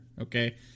okay